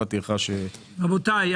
רבותיי,